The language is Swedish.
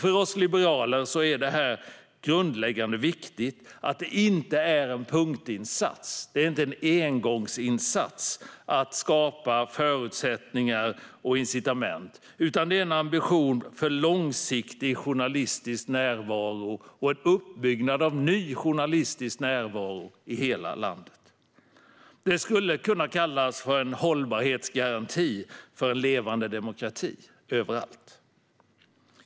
För oss liberaler är det viktigt att det inte är en punktinsats, en engångsinsats, utan en ambition att skapa förutsättningar och incitament för långsiktig journalistisk närvaro och uppbyggnad av ny journalistisk närvaro i hela landet. Det skulle kunna kallas för en hållbarhetsgaranti för levande demokrati överallt.